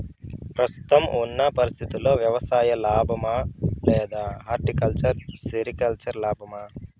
ప్రస్తుతం ఉన్న పరిస్థితుల్లో వ్యవసాయం లాభమా? లేదా హార్టికల్చర్, సెరికల్చర్ లాభమా?